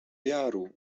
jaru